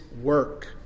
work